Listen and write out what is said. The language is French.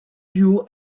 duo